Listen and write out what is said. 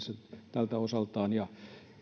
tältä osaltaan